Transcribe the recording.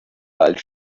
als